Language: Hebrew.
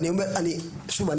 שוב,